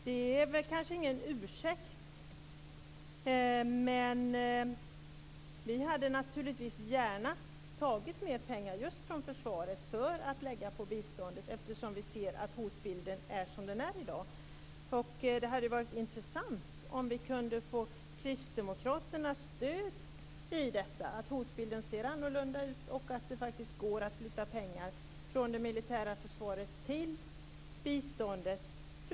Det är kanske ingen ursäkt, men vi hade naturligtvis gärna tagit mer pengar från försvaret för att lägga på biståndet eftersom hotbilden är som den är i dag. Det hade varit intressant om vi hade kunnat få Kristdemokraternas stöd i detta att hotbilden ser annorlunda ut och att det faktiskt går att flytta pengar från det militära försvaret till biståndet.